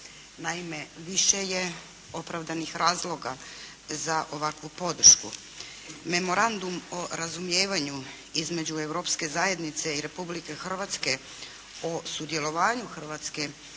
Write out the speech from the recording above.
Naime više je opravdanih razloga za ovakvu podršku. Memorandum o razumijevanju između Europske zajednice i Republike Hrvatske o sudjelovanju Hrvatske